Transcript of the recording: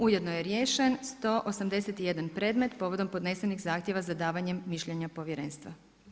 Ujedno je riješen 181 predmet povodom podnesenih zahtjeva za davanjem mišljenja Povjerenstva.